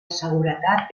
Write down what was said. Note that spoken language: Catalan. seguretat